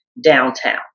downtown